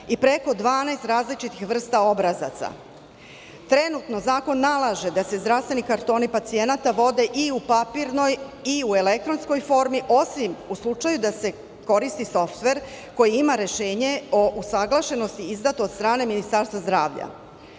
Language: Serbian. i preko 12 različitih vrsta obrazaca. Trenutno zakon nalaže da se zdravstveni kartoni pacijenata vode i u papirnoj i u elektronskoj formi, osim u slučaju da se koristi softvere koji ima rešenje o usaglašenosti izdat od strane Ministarstva zdravlja.